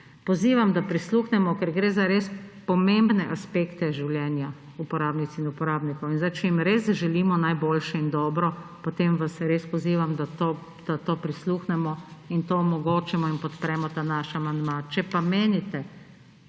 pozivam, da prisluhnemo, ker gre za res pomembne aspekte življenja uporabnic in uporabnikov. In če jim res želimo najboljše in dobro, potem vas res pozivam, da temu prisluhnemo in to omogočimo in podpremo ta naš amandma. Če pa menite,